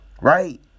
right